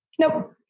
Nope